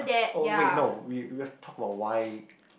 oh wait no we we've talk about why